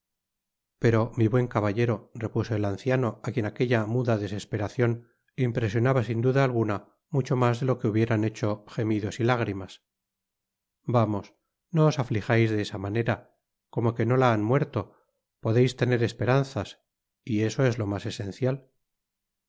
rwo mi buén caballero repuso el anciano á quien aquella moda desesperación impresionaba sin düda alguna mucho mas de lo que hubieran hecho jemictos y lágrimas vamos y no os aflijáis de esa manera como que no la han muerto podeis tener esperanzas y eso es lo mas esencial